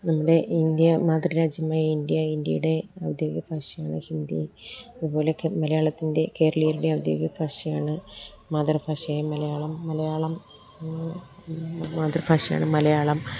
നമ്മുടെ ഇന്ത്യ മാതൃരാജ്യമായ ഇന്ത്യ ഇന്ത്യയുടെ ഔദ്യോഗിക ഭാഷയാണ് ഹിന്ദി അതുപോലെ ഒക്കെ മലയാളത്തിൻ്റെ കേരളീയരുടെ ഔദ്യോഗിക ഭാഷയാണ് മാതൃഭാഷയായ മലയാളം മലയാളം മാതൃഭാഷയാണ് മലയാളം